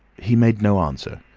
he made no answer,